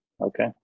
Okay